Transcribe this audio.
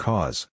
Cause